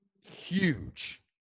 huge